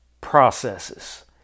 processes